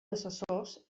assessors